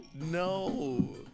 No